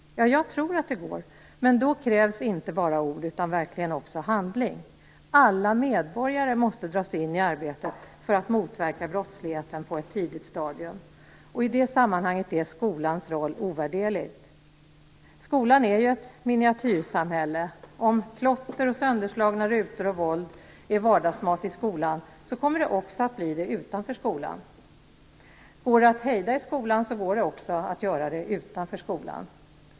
Jag tror att det går, men då krävs inte bara ord utan verkligen också handling. Alla medborgare måste dras in i arbetet för att motverka brottsligheten på ett tidigt stadium. I det sammanhanget är skolans roll ovärderlig. Skolan är ju ett miniatyrsamhälle. Om klotter, sönderslagna rutor och våld är vardagsmat i skolan kommer det också att bli det utanför skolan. Om det går att hejda i skolan går det också att hejda det utanför skolan.